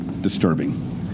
disturbing